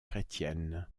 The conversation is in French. chrétiennes